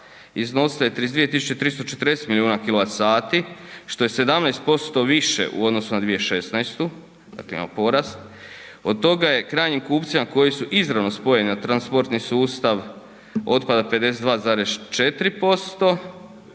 tisuće 340 milijuna kW što je 17% više u odnosu na 2016., dakle imamo porast. Od toga je krajnjim kupcima koji su izravno spojeni na transportni sustav, otpada 52,4%,